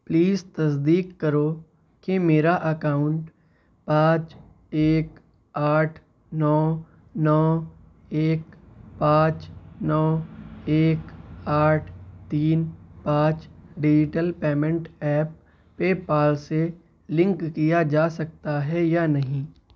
please تصدیق کرو کہ میرا اکاؤنٹ پانچ ایک آٹھ نو نو ایک پانچ نو ایک آٹھ تین پانچ digital payment app PayPal سے لنک کیا جا سکتا ہے یا نہیں